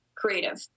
creative